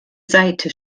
seite